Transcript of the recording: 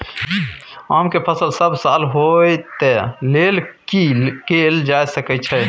आम के फसल सब साल होय तै लेल की कैल जा सकै छै?